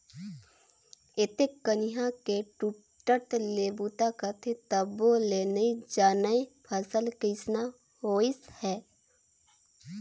अतेक कनिहा के टूटट ले बूता करथे तभो ले नइ जानय फसल कइसना होइस है